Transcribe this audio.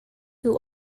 who